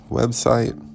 website